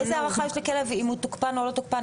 איזו הערכה יש לכלב אם הוא תוקפן או לא תוקפן,